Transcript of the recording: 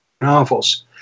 novels